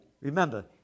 Remember